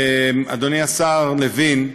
אדוני השר לוין,